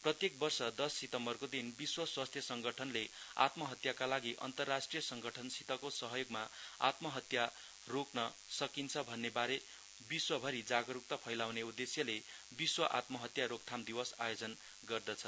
प्रत्येक वर्ष दश सितम्बरको दिन विश्व स्वास्थ्य संगठनले आत्महत्याका लागि अन्तरराष्ट्रिय संगठनसितको सहयोगमा आत्महत्या रोक्न सकिन्छ भन्नेबारे विश्वभरि जागरूकता फैलाउने उद्देश्यले विश्व आत्महत्या रोकथाम दिवस आयोजन गर्दछ